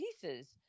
pieces